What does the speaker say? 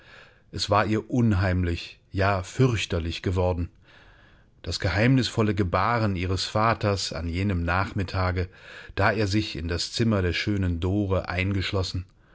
es war ihr umheimlich ja fürchterlich geworden das geheimnisvolle gebaren ihres vaters an jenem nachmittage da er sich in das zimmer der schönen dore eingeschlossen